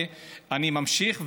אני ממשיך,